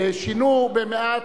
שינו במעט.